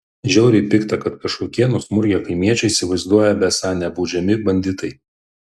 žiauriai pikta kad kažkokie nusmurgę kaimiečiai įsivaizduoja besą nebaudžiami banditai